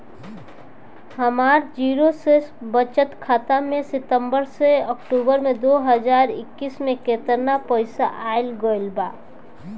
हमार जीरो शेष बचत खाता में सितंबर से अक्तूबर में दो हज़ार इक्कीस में केतना पइसा आइल गइल बा?